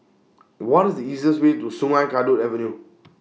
What IS The easiest Way to Sungei Kadut Avenue